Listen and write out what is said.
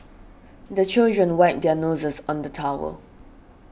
the children wipe their noses on the towel